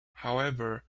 however